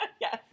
Yes